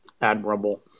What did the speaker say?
admirable